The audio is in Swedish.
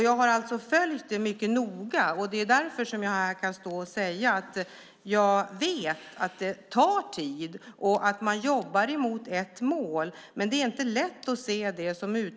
Jag har alltså följt frågan mycket noga, och därför kan jag också säga att jag vet att det tar tid och att man jobbar mot ett mål. Som utomstående är det dock inte så lätt att se det.